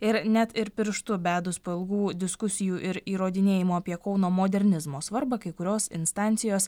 ir net ir pirštu bedus po ilgų diskusijų ir įrodinėjimų apie kauno modernizmo svarbą kai kurios instancijos